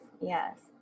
yes